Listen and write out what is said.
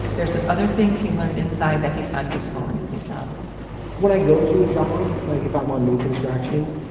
there's some other things he learned inside that he's found useful in his new job when i go to a job, like if i'm ah new construction,